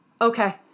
okay